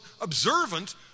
observant